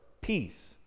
peace